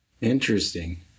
Interesting